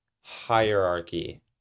hierarchy